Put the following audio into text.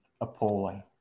appalling